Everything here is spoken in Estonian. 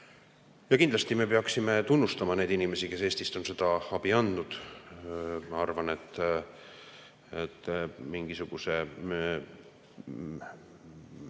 Ja kindlasti me peaksime tunnustama neid inimesi, kes Eestist on seda abi andnud, mingisuguse